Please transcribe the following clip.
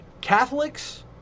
Catholics